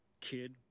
kid